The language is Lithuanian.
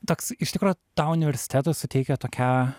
toks iš tikro tau universitetas suteikia tokią